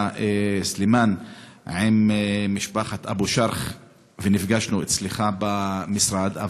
סלימאן עם משפחת אבו שרח ונפגשנו אצלך במשרד.